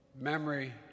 memory